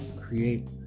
create